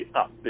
up